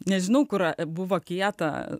nežinau kur buvo kieta